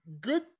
good